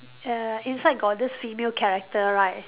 err inside got this female character right